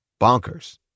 bonkers